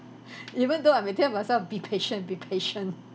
even though I may tell myself be patient be patient